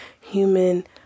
human